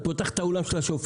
את פותחת את האולם של השופט,